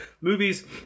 movies